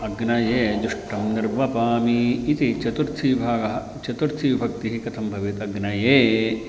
अग्नये जुष्टं निर्वपामी इति चतुर्थीभागः चतुर्थीविभक्तिः कथं भवेत् अग्नये